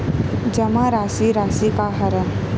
जमा राशि राशि का हरय?